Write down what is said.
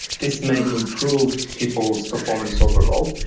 this may improve people's performance overall.